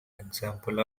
example